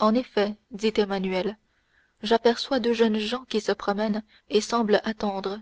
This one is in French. en effet dit emmanuel j'aperçois deux jeunes gens qui se promènent et semblent attendre